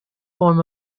form